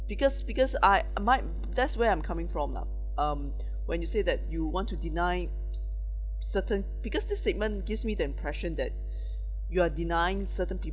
because because I my that's where I'm coming from lah um when you say that you want to deny certain because this statement gives me the impression that you are denying certain